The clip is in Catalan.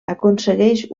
aconsegueix